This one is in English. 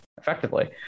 effectively